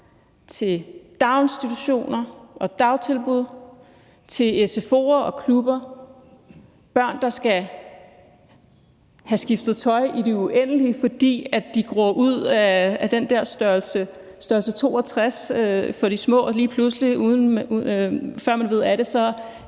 til daginstitutioner og dagtilbud til sfo'er og klubber, til børn, der skal have skiftet tøj i det uendelige, fordi de gror ud af den der størrelse 62 og lige pludselig, før man ved af det, har